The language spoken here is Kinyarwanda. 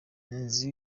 inzu